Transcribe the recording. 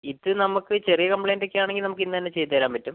ഇത് നമുക്ക് ചെറിയ കംപ്ലയിൻറ്റ് ഒക്കെ ആണെങ്കിൽ നമ്മക്ക് ഇന്ന് തന്നെ ചെയ്തു തരാൻ പറ്റും